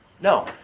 No